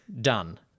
done